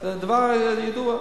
זה דבר ידוע,